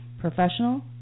Professional